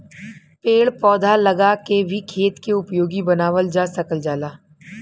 पेड़ पौधा लगा के भी खेत के उपयोगी बनावल जा सकल जाला